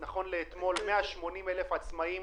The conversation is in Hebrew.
נכון לאתמול 180,000 עצמאיים